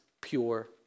pure